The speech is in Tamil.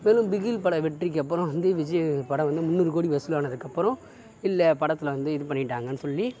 மேலும் பிகில் பட வெற்றிக்கப்புறம் வந்து விஜய் படம் வந்து முந்நூறு கோடி வசூலானதுக்கப்புறம் இல்லை படத்தில் வந்து இது பண்ணிட்டாங்கன்னு சொல்லி